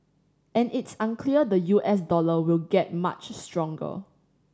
and it's unclear the U S dollar will get much stronger